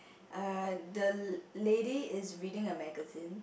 err the lady is reading a magazine